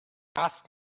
grasp